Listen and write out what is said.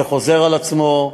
זה חוזר על עצמו.